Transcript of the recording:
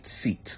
seat